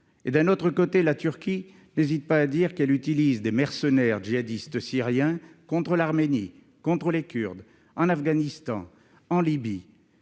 etc. Par ailleurs, la Turquie n'hésite pas à dire qu'elle utilise des mercenaires djihadistes syriens contre l'Arménie, contre les Kurdes, en Afghanistan ou en Libye.